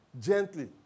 gently